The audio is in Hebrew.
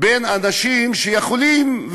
בין אנשים שיכולים,